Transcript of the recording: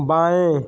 बाएँ